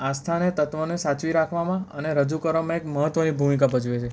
આસ્થાને તત્વને સાચવી રાખવામાં અને રજૂ કરવામાં એક મહત્ત્વની ભૂમિકા ભજવે છે